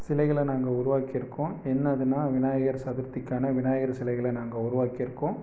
சிலைகளை நாங்கள் உருவாக்கியிருக்கோம் என்னதுனால் விநாயகர் சதுர்த்திக்கான விநாயகர் சிலைகளை நாங்கள் உருவாக்கியிருக்கோம்